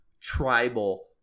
tribal